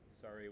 Sorry